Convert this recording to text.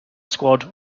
squad